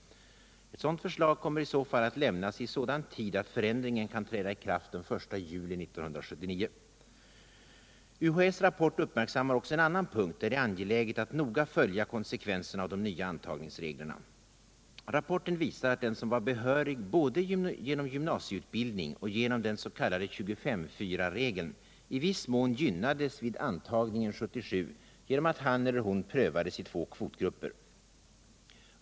Ett sådant förslag kommer i så fall att lämnas i sådan tid att förändringen kan träda i kraft den 1 juli 1979. UHÄ:s rapport uppmärksammar också en annan punkt där det är angeläget att noga följa konsekvenserna av de nya antagningsreglerna. Rapporten visar att den som var behörig både genom gy mnasieutbildning och genom den s.k. 25:4-regeln i viss mån gynnades vid antagningen 1977 genom att han eller hon prövades i två kvotgrupper.